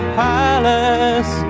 palace